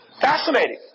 Fascinating